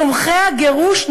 תומכי הגירוש,